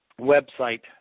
website